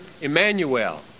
Emmanuel